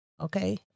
okay